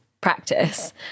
practice